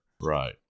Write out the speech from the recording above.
Right